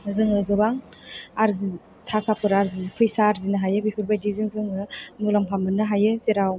जों गोबां आरजि थाखाफोर आरजिनो फैसा आरजिनो हायो बेफोरबायदिजों जों मुलाम्फा मोननो हायो जेराव